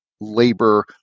labor